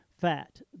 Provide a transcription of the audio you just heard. fat